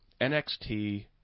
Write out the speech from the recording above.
NXT